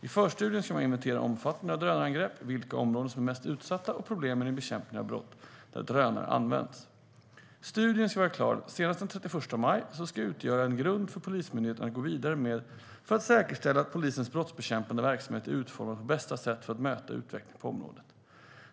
I förstudien ska man inventera omfattningen av drönarangrepp, vilka områden som är mest utsatta och problem i bekämpningen av brott där drönare används. Studien, som ska vara klar senast den 31 maj, ska utgöra en grund för Polismyndigheten att gå vidare med för att säkerställa att polisens brottsbekämpande verksamhet är utformad på bästa sätt för att möta utvecklingen på området.